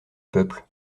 peuple